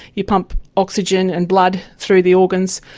you pump oxygen and blood through the organs,